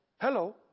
Hello